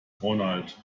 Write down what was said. ronald